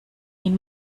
ihn